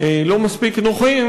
לא מספיק נוחים,